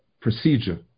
procedure